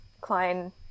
Klein